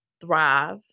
thrive